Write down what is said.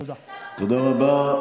תודה רבה.